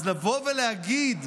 אז לבוא ולהגיד: